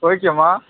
okay அம்மா